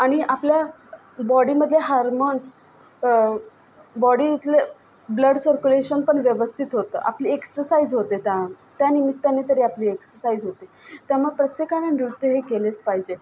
आणि आपल्या बॉडीमध्ये हार्मोन्स बॉडीतले ब्लड सरक्युलेशन पण व्यवस्थित होतं आपली एक्सरसाईझ होते त्यामुळं त्या त्यानिमित्यानं तरी आपली एक्सरसाईझ होते त्यामुळं प्रत्येकानी नृत्य हे केलंच पाहिजे